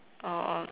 oh um